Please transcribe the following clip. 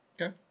Okay